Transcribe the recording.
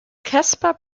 casper